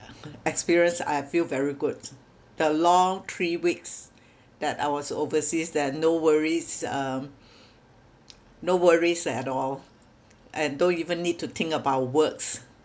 experience I feel very good the long three weeks that I was overseas there no worries um no worries at all and don't even need to think about works